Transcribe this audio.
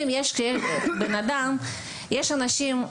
יש אנשים,